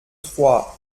trois